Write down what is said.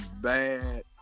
bad